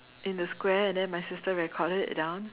in a square and then my sister recorded it down